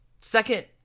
Second